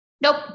Nope